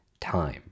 time